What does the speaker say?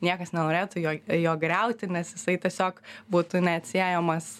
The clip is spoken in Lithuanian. niekas nenorėtų jo jo griauti nes jisai tiesiog būtų neatsiejamas